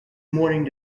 morning